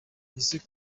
ese